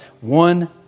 One